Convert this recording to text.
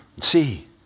See